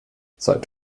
seid